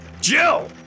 Jill